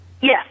Yes